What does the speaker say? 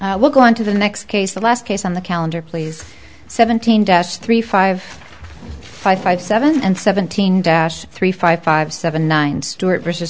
you we'll go on to the next case the last case on the calendar please seventeen deaths three five five five seven and seventeen dash three five five seven nine stewart versus